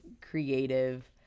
creative